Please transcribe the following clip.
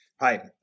Hi